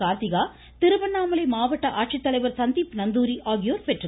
கார்த்திகா திருவண்ணாமலை மாவட்ட ஆட்சித்தலைவா் சந்தீப் நந்தூாி ஆகியோா் பெற்றுக்கொண்டனா்